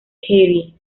carey